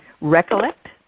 recollect